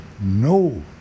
no